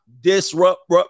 disrupt